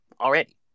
already